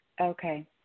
Okay